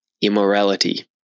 immorality